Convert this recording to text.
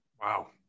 Wow